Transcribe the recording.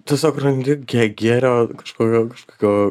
tiesiog randi kiek gėrio kažkokio kažkokio